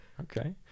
Okay